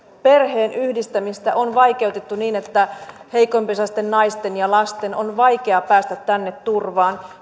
perheenyhdistämistä on vaikeutettu niin että heikompiosaisten naisten ja lasten on vaikea päästä tänne turvaan